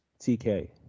TK